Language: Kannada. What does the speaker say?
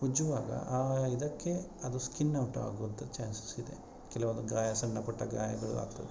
ಉಜ್ಜುವಾಗ ಆ ಇದಕ್ಕೆ ಅದು ಸ್ಕಿನ್ ಔಟ್ ಆಗುವಂಥದ್ದು ಚಾನ್ಸಸ್ ಇದೆ ಕೆಲವೊಂದು ಗಾಯ ಸಣ್ಣ ಪುಟ್ಟ ಗಾಯಗಳು ಆಗ್ತದೆ